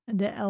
de